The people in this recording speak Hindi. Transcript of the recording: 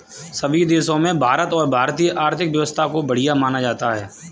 सभी देशों में भारत और भारतीय आर्थिक व्यवस्था को बढ़िया माना जाता है